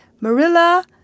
Marilla